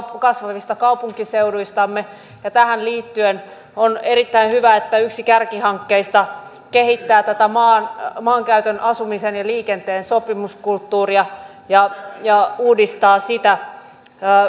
kasvavista kaupunkiseuduistamme ja tähän liittyen on erittäin hyvä että yksi kärkihankkeista kehittää tätä maankäytön asumisen ja liikenteen sopimuskulttuuria ja ja uudistaa sitä